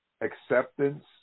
Acceptance